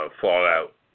fallout